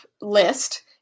list